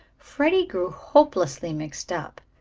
freddie grew hopelessly mixed up,